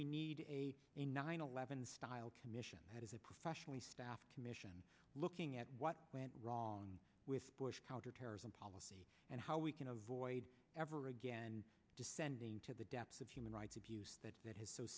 we need a a nine eleven style commission has a professionally staffed commission looking at what went wrong with bush counterterrorism policy and how we can avoid ever again descending into the depths of human rights abuse that that has so